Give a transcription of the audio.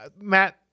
Matt